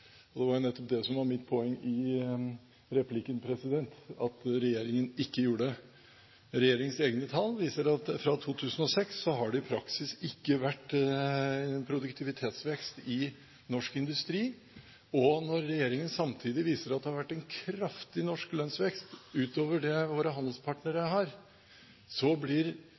Det var nettopp det som var mitt poeng i replikken – at regjeringen ikke gjorde det. Regjeringens egne tall viser at fra 2006 har det i praksis ikke vært produktivitetsvekst i norsk industri. Når regjeringen samtidig viser at det har vært en kraftig norsk lønnsvekst utover det våre handelspartnere har, blir